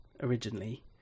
originally